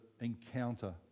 encounter